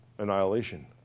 Annihilation